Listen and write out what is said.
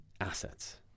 assets